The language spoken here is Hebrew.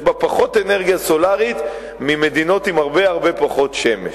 יש בה פחות אנרגיה סולרית מאשר במדינות עם פחות שמש.